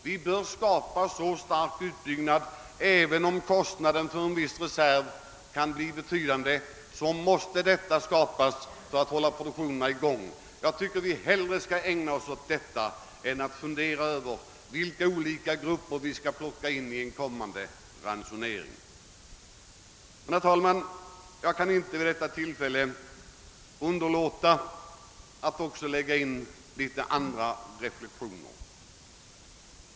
Vi måste skapa en så stark reserv — även om kostnaderna härför blir betydande — att produktionen kan hållas i gång. Jag tycker att vi bör ägna oss åt denna fråga hellre än att diskutera vilka grupper som skall beröras av en kommande ransonering. Jag kan vid detta tillfälle inte underlåta att göra också några andra reflexioner.